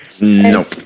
Nope